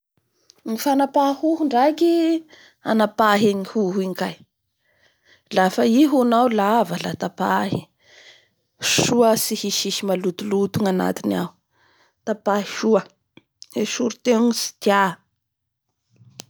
Ny fanapaha hoho ndraiky anapahigna hoho iny kay, lafa i hohonao lava la tapahy, so atsy hisihisy malotoloto ny anatiny ao, tapahahy soa. Esory teo ny tsy tia.